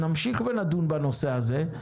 נמשיך לדון בנושא הזה.